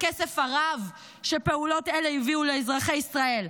הכסף הרב שפעולות אלה הביאו לאזרחי ישראל,